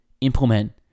implement